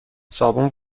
صابون